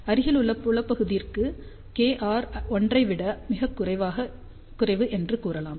அருகிலுள்ள புலப்பகுதிற்கு kr 1 ஐ விட மிகக் குறைவு என்று கூறலாம்